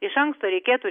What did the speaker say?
iš anksto reikėtų